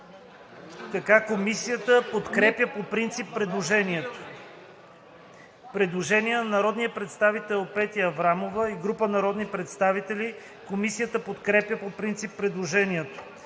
Комисията подкрепя по принцип предложението. Предложение на народния представител Петя Аврамова и група народни представители. Комисията подкрепя по принцип предложението.